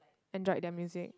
enjoyed their music